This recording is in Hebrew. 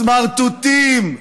סמרטוטים.